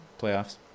playoffs